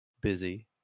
busy